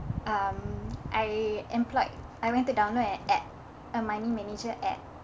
um I employed I went to download an app a money manager app